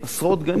עשרות גנים,